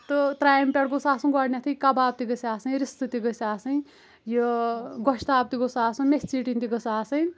تہٕ ترامہِ پٮ۪ٹھ گوٚس آسُن گۄڈنیتھٕے کباب تہِ گژھِ آسٕنۍ رِستہٕ تہِ گٔژھ آسٕنۍ یہِ گۄشتاب تہِ گوٚس آسُن میتھۍ ژیٹنۍ تہِ گٔژھ آسٕنۍ